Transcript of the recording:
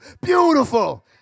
beautiful